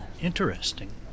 interesting